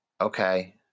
okay